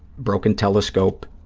broken telescope.